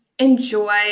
enjoy